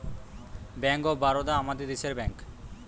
bank of Baroda আমাদের দেশের bank